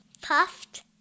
puffed